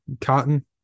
Cotton